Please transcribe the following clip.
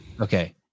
Okay